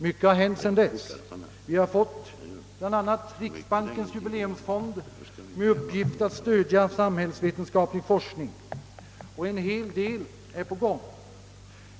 Mycket har hänt sedan dess. BL a. riksbankens jubileumsfond, som har till uppgift att stödja samhällsvetenskaplig forskning, har tillkommit, och en hel del är på gång.